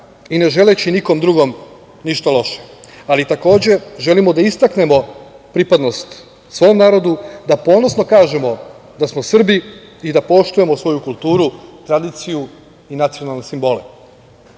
i ne želeći nikom drugom ništa loše. Takođe, želimo da istaknemo pripadnost svom narodu, da ponosno kažemo da smo Srbi i da poštujemo svoju kulturu, tradiciju i nacionalne